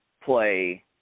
play